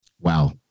Wow